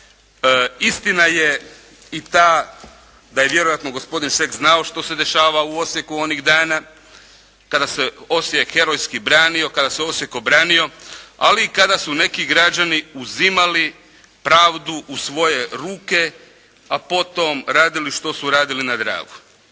Istina je i ta da je vjerojatno gospodin Šeks znao što se dešava u Osijeku onih dana kada se Osijek herojski branio, kada se Osijek obranio ali i kada su neki građani uzimali pravdu u svoje ruke, a potom radili što su radili na Dravi.